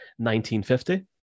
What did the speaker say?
1950